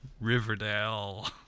Riverdale